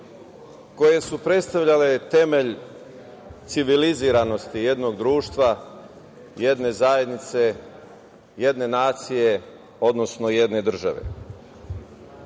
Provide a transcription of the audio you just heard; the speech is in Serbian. koje su predstavljale temelj civiliziranosti jednog društva, jedne zajednice, jedne nacije, odnosno jedne